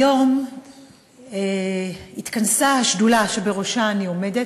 היום התכנסה השדולה שבראשה אני עומדת,